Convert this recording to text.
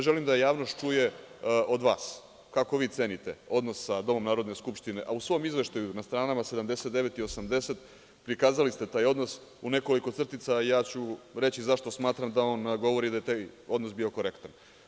Želim da javnost čuje od vas kako vi cenite odnos sa Domom Narodne skupštine, a u svom izveštaju na stranama 79 i 80 prikazali ste taj odnos u nekoliko crtica, a ja ću reći zašto smatram da on govori da je taj odnos bio korektan.